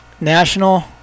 National